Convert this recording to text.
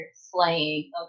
slaying